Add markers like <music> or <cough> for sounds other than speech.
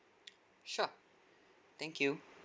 <noise> sure thank you